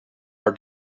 our